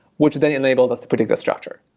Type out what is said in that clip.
which then enables us to predict the structure.